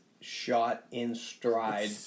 shot-in-stride